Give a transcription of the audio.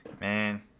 man